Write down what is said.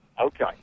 Okay